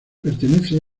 pertenece